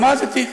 למדתי.